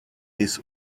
this